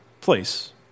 place